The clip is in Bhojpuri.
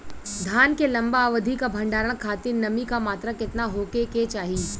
धान के लंबा अवधि क भंडारण खातिर नमी क मात्रा केतना होके के चाही?